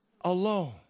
alone